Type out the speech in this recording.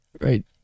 right